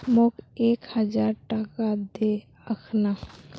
मोक एक हजार टका दे अखना